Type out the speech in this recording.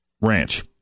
ranch